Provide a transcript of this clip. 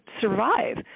survive